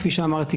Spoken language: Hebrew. כפי שאמרתי,